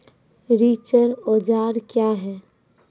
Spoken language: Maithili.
रिचर औजार क्या हैं?